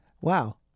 Wow